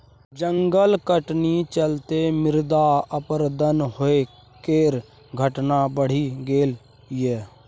जंगल कटनी चलते मृदा अपरदन होइ केर घटना बढ़ि गेलइ यै